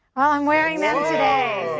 ah i'm wearing them today.